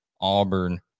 auburn